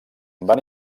van